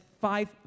five